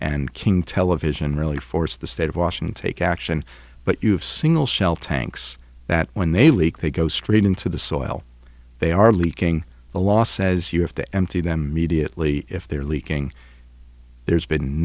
and king television really force the state of washington a caption but you have single shell tanks that when they leak they go straight into the soil they are leaking the law says you have to empty them mediately if they're leaking there's been